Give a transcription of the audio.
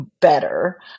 better